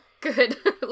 good